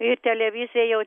ir televizija jau